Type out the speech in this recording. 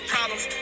Problems